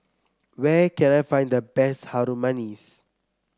where can I find the best Harum Manis